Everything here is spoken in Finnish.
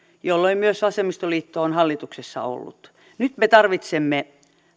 jolloin myös vasemmistoliitto on hallituksessa ollut nyt me tarvitsemme